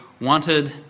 wanted